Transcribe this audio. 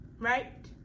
right